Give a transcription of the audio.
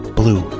blue